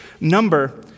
number